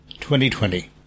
2020